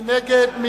מי נגד?